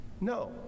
No